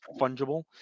fungible